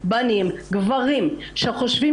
גברים,